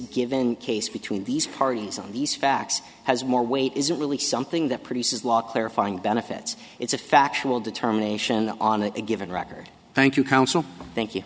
given case between these parties on these facts has more weight is really something that produces law clarifying benefits it's a factual determination on a given record thank you counsel thank you